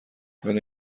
ولی